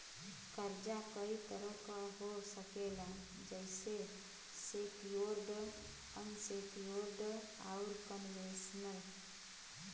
कर्जा कई तरह क हो सकेला जइसे सेक्योर्ड, अनसेक्योर्ड, आउर कन्वेशनल